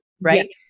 right